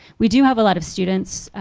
we do have a lot of students